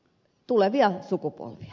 tulevia sukupolvia